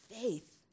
faith